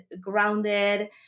grounded